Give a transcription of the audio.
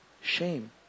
Shame